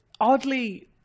Oddly